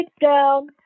down